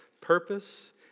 purpose